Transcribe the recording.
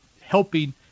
helping